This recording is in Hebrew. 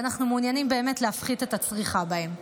ואנחנו מעוניינים להפחית את הצריכה בהם.